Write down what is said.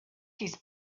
his